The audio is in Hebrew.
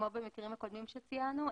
כמו במקרים הקודמים שציינו,